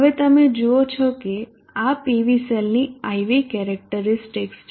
હવે તમે જુઓ છો કે આ PV સેલની I V કેરેક્ટરીસ્ટિકસ છે